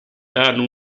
hanno